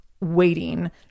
waiting